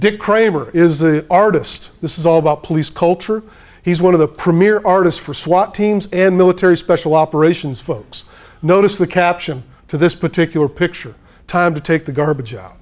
dick kramer is the artist this is all about police culture he's one of the premier artists for swat teams and military special operations folks notice the caption to this particular picture time to take the garbage out